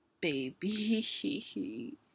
baby